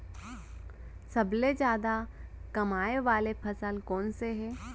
सबसे जादा कमाए वाले फसल कोन से हे?